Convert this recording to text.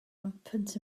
rampant